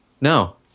No